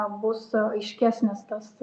bus aiškesnis tas